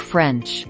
French